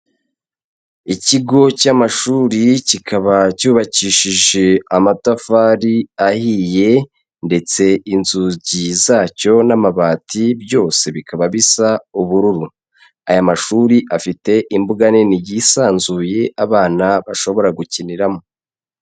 Ikigo cy'amashuri kikaba cyubakishije amatafari ahiye ndetse inzugi zacyo n'amabati byose bikaba bisa ubururu, aya mashuri afite imbuga nini yisanzuye abana bashobora gukiniramo.